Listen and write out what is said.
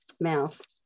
mouth